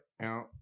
Out